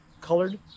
colored